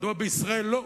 מדוע בישראל לא?